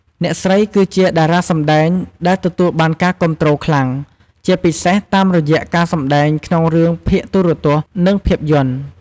អ្នកស្រីគឺជាតារាសម្តែងដែលទទួលបានការគាំទ្រខ្លាំង ជាពិសេសតាមរយៈការសម្តែងក្នុងរឿងភាគទូរទស្សន៍ និងភាពយន្ត។